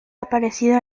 aparecido